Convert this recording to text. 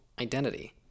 identity